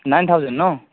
nine thousand no